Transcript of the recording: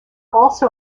also